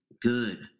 good